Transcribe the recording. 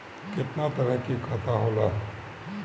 केतना तरह के खाता होला?